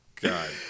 God